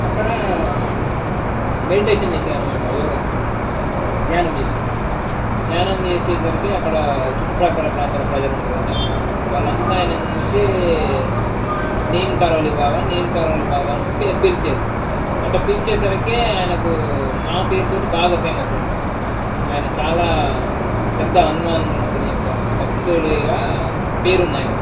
అక్కడ మెడిటేషన్ చేసేడన్నమాట యోగా ధ్యాానం చేసేడు ధ్యానం చేసేసరికి అక్కడ చుట్టుప్రక్కల ప్రాంతాల ప్రజలు ఉంటారు కదా వాళ్ళంతా ఆయన్నీ చూసి నీమ్ కారోళి బాబా నీమ్ కారోళి బాబా అని పిలిచేరు అట్ట పిలిచేసరికె ఆయనకు ఆ పేరుతోటి బాగా ఫేమస్ అయ్యాడు ఆయన చాలా పెద్ద హనుమంతుని యొక్క భక్తుడిగా పేరుంది ఆయనకు